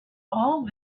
all